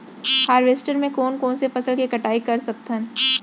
Harvester म कोन कोन से फसल के कटाई कर सकथन?